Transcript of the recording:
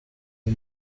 uyu